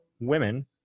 women